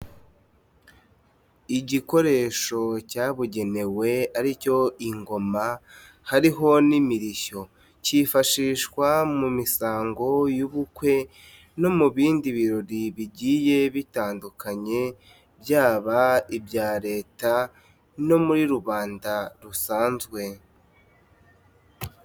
Igikoresho cyabugenewe aricyo ingoma hariho n'imirishyo, cyifashishwa mu misango y'ubukwe no mu bindi birori bigiye bitandukanye, byaba ibya leta no muri rubanda rusanzwe.